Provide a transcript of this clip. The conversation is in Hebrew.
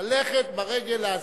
ללכת ברגל, להזיע.